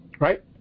Right